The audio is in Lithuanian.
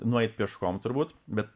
nueit pieškom turbūt bet